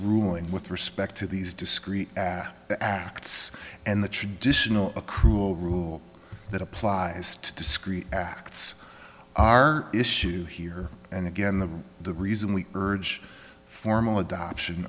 ruling with respect to these discrete acts and the traditional accrual rule that applies to discrete acts are issue here and again the the reason we urge formal adoption